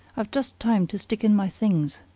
i've just time to stick in my things.